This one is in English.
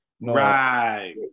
right